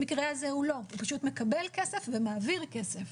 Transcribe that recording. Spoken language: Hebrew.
במקרה הזה הוא לא, הוא פשוט מקבל כסף ומעביר כסף.